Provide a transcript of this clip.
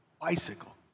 bicycle